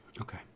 okay